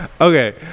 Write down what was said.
Okay